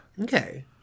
Okay